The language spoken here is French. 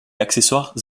accessoires